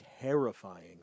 Terrifying